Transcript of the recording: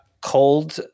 cold